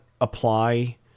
apply